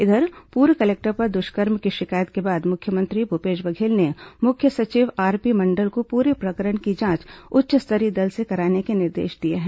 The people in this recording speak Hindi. इधर पूर्व कलेक्टर पर दुष्कर्म की शिकायत के बाद मुख्यमंत्री भूपेश बघेल ने मुख्य सचिव आरपी मंडल को पूरे प्रकरण की जांच उच्च स्तरीय दल से कराने के निर्देश दिए हैं